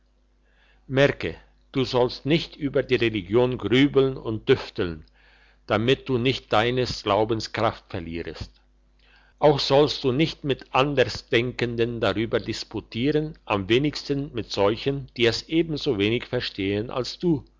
merke du sollst nicht über die religion grübeln und düfteln damit du nicht deines glaubens kraft verlierst auch sollst du nicht mit andersdenkenden darüber disputieren am wenigsten mit solchen die es ebensowenig verstehen als du